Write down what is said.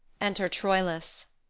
enter troilus